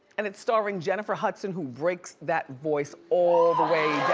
and it's starring jennifer hudson who breaks that voice all the way.